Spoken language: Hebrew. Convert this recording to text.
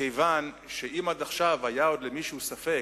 מכיוון שאם עד עכשיו היה עוד למישהו ספק